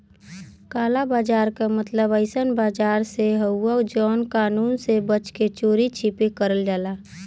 काला बाजार क मतलब अइसन बाजार से हउवे जौन कानून से बच के चोरी छिपे करल जाला